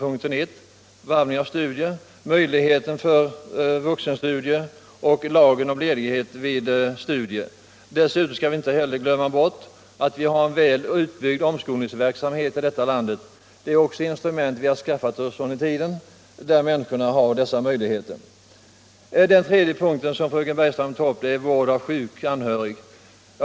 Här vill jag också hänvisa till möjligheten till vuxenstudier och till lagen om ledighet vid studier. Vi skall inte heller glömma bort att vi har en väl utbyggd omskolningsverksamhet här i landet. Det är också ett instrument som vi har skaffat oss sedan motionen första gången väcktes. Den tredje motiveringen för förlängd ledighet är att man skulle möjliggöra vård av sjuk anhörig.